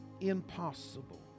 impossible